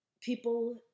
people